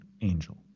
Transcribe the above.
angel